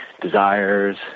desires